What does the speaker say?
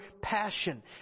passion